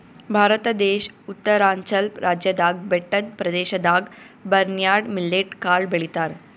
ಭಾರತ ದೇಶ್ ಉತ್ತರಾಂಚಲ್ ರಾಜ್ಯದಾಗ್ ಬೆಟ್ಟದ್ ಪ್ರದೇಶದಾಗ್ ಬರ್ನ್ಯಾರ್ಡ್ ಮಿಲ್ಲೆಟ್ ಕಾಳ್ ಬೆಳಿತಾರ್